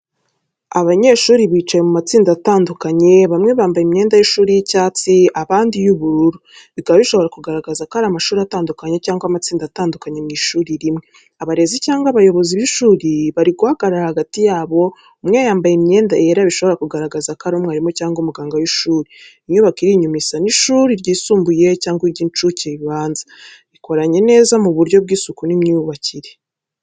Abanyeshuri bicaye mu matsinda atandukanye, bamwe bambaye imyenda y’ishuri y’icyatsi, abandi y’ubururu, bikaba bishobora kugaragaza ko ari amashuri atandukanye cyangwa amatsinda atandukanye mu ishuri rimwe. Abarezi cyangwa abayobozi b’ishuri bari guhagarara hagati yabo, umwe wambaye yera bishobora kugaragaza ko ari umwarimu cyangwa umuganga w’ishuri. Inyubako iri inyuma isa n’ishuri ryisumbuye cyangwa iry’incuke ribanza, rikoranye neza mu buryo bw’isuku n’imyubakire.